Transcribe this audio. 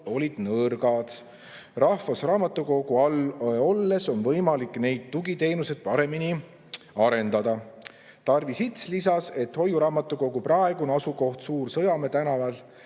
olid nõrgad. Rahvusraamatukogu all olles on võimalik neid tugiteenuseid paremini arendada. Tarvi Sits lisas, et hoiuraamatukogu praegune asukoht Suur-Sõjamäe tänaval